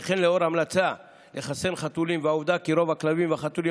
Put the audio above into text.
וכן לאור המלצה לחסן חתולים והעובדה כי רוב הכלבים והחתולים